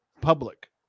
public